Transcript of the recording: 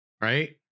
right